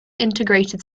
integrated